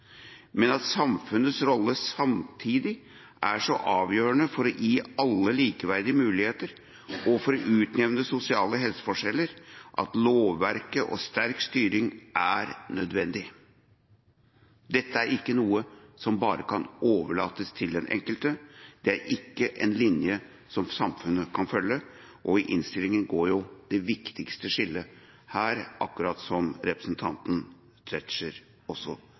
samfunnets rolle er samtidig så avgjørende for å gi alle likeverdige muligheter og for å utjevne sosiale helseforskjeller at lovverk og sterk styring er nødvendig. Dette er ikke noe som bare kan overlates til den enkelte. Det er ikke en linje som samfunnet kan følge. I innstillinga går det viktigste skillet her, akkurat som representanten Tetzschner også